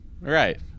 Right